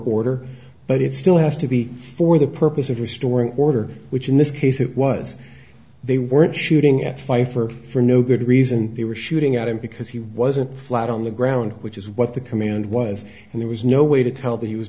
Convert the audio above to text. order but it still has to be for the purpose of restoring order which in this case it was they weren't shooting at pfeiffer for no good reason they were shooting at him because he wasn't flat on the ground which is what the command was and there was no way to tell that he was